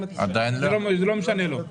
זה לא משנה לו.